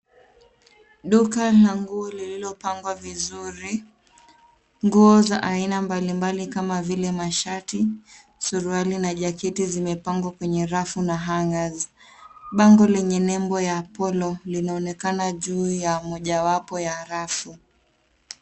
Duka la nguo lililopangwa vizuri. Nguo za aina mbalimbali kama vile mashati, suruali na jaketi zimepangwa kwenye rafu na hangers . Bango lenye nembo la Polo linaonekana juu ya majawapo ya rafu.